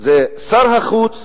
זה שר החוץ,